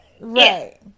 Right